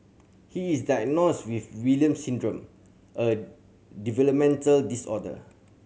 he is diagnosed with Williams Syndrome a developmental disorder